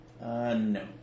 no